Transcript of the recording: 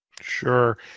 Sure